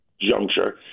juncture